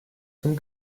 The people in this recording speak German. zum